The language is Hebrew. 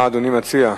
מה אדוני מציע?